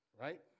Right